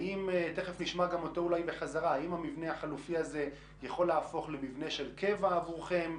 האם המבנה החלופי הזה יכול להפוך למבנה קבע עבורכם?